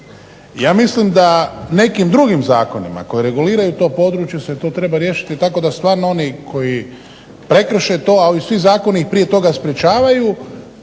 Ja mislim da nekim drugim zakonima koje reguliraju to područje se to treba riješiti tako da stvarno oni koji prekrše to, a ovi svi zakoni ih prije toga sprečavaju